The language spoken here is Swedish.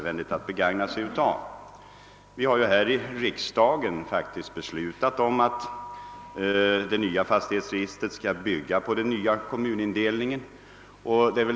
Vi har faktiskt här i riksdagen beslutat att det blivande fastighetsregistret skall bygga på den nya kommunindelningen.